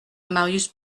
marius